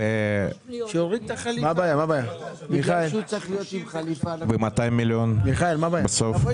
ו-200 מיליון בסוף,